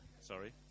sorry